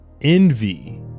Envy